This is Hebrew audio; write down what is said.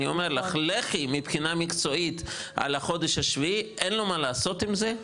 אני אומר לך לכי מבחינה מקצועית על החודש השביעי אין לו מה לעשות עם זה.